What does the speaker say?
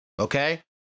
okay